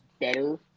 better